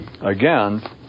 again